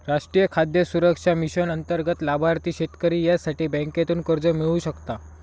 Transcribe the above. राष्ट्रीय खाद्य सुरक्षा मिशन अंतर्गत लाभार्थी शेतकरी यासाठी बँकेतून कर्ज मिळवू शकता